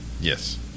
Yes